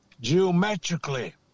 geometrically